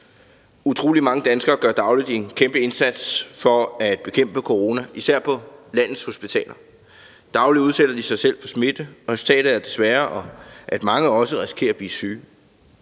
Utrolig mange danskere gør dagligt en kæmpe indsats for at bekæmpe corona, især på landets hospitaler. Dagligt udsætter de sig selv for smitte, og resultatet er desværre, at mange også risikerer at blive syge.